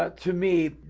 ah to me,